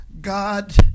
God